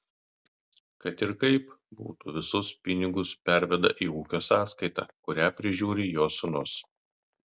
kad ir kaip būtų visus pinigus perveda į ūkio sąskaitą kurią prižiūri jo sūnus